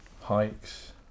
hikes